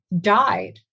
died